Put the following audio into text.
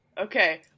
Okay